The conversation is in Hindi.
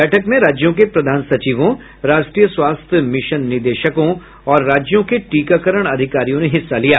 बैठक में राज्यों के प्रधान सचिवों राष्ट्रीय स्वास्थ्य मिशन निदेशकों और राज्यों के टीकाकरण अधिकारियों ने हिस्सा लिया